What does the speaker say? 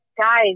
guys